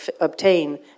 obtain